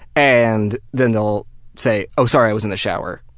and then they'll say oh, sorry, i was in the shower,